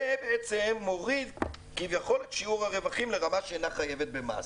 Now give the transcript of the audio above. זה בעצם מוריד כביכול את שיעור הרווחים לרמה שאינה חייבת במס.